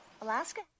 Alaska